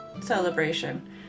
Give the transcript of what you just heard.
celebration